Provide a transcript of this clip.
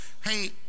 hey